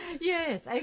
Yes